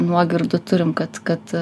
nuogirdų turim kad kad